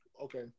Okay